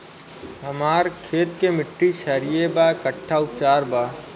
हमर खेत के मिट्टी क्षारीय बा कट्ठा उपचार बा?